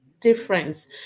difference